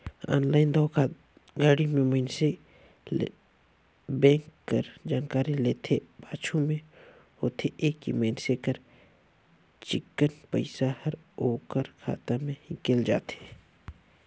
online धोखाघड़ी में मइनसे ले बेंक कर जानकारी लेथे, पाछू में होथे ए कि मइनसे कर चिक्कन पइसा हर ओकर खाता ले हिंकेल जाथे